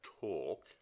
talk